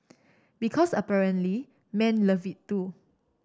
because apparently men love it too